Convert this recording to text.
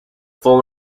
full